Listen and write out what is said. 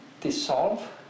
dissolve